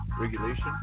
regulation